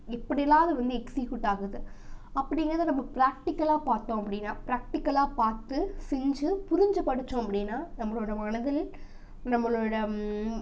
எப்படியெல்லாம் அதை வந்து எக்ஸ்க்யூட் ஆகுது அப்படிங்கிறத நம்ம ப்ராக்டிக்கலாக பார்த்தோம் அப்படினா ப்ராக்டிக்கலாக பார்த்து செஞ்சு புரிஞ்சு படிச்சோம் அப்படினா நம்மளோடய மனதில் நம்மளோடய